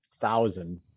thousand